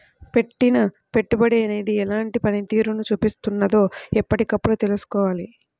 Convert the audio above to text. పెట్టిన పెట్టుబడి అనేది ఎలాంటి పనితీరును చూపిస్తున్నదో ఎప్పటికప్పుడు తెల్సుకోవాలి